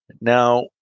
Now